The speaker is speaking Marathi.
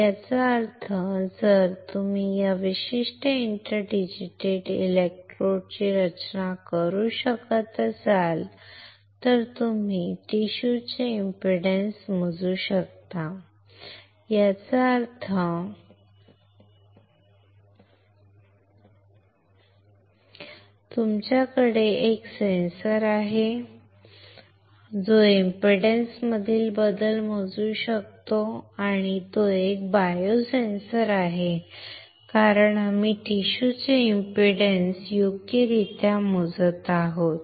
याचा अर्थ जर तुम्ही या विशिष्ट इंटर डिजिटेटेड इलेक्ट्रोडची रचना करू शकत असाल तर तुम्ही टिश्यू चे इंपीडन्स मोजू शकता याचा अर्थ तुमच्याकडे एक सेन्सर आहे जो इंपीडन्स मधील बदल मोजू शकतो आणि तो एक बायोसेन्सर आहे कारण आम्ही टिश्यू चे इंपीडन्स योग्यरित्या मोजत आहोत